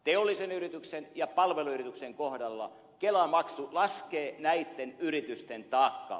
teollisen yrityksen ja palveluyrityksen kohdalla kelamaksu laskee näitten yritysten taakkaa